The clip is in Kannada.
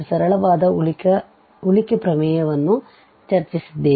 ಸರಳವಾದ ಉಳಿಕೆ ಪ್ರಮೇಯವನ್ನು ಚರ್ಚಿಸಿದ್ದೇವೆ